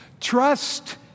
Trust